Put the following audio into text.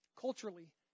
Culturally